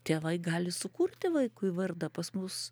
tėvai gali sukurti vaikui vardą pas mus